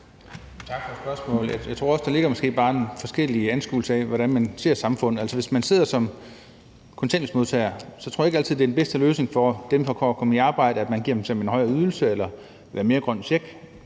Tak for spørgsmålet. Jeg tror, at der måske også bare er tale om forskellige anskuelse af, hvordan man ser samfundet. Altså, hvis man sidder som kontanthjælpsmodtager, tror jeg ikke altid, at det er den bedste løsning for en i forhold til at komme i arbejde, at vi eksempelvis giver dem en højere ydelse eller mere grøn check.